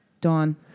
Dawn